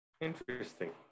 Interesting